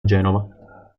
genova